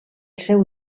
seu